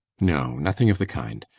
no, nothing of the kind.